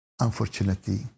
Unfortunately